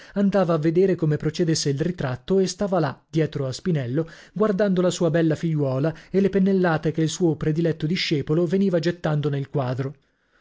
andava a vedere come procedesse il ritratto e stava là dietro a spinello guardando la sua bella figliuola e le pennellate che il suo prediletto discepolo veniva gettando nel quadro